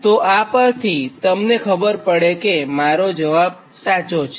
તો આ પરથી તમને ખબર પડે કે તમારો જવાબ સાચો છે